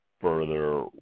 further